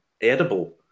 edible